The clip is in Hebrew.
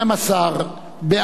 3. סעיף 3 נתקבל.